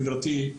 גברתי,